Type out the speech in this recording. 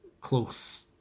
close